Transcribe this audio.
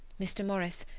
mr. morris,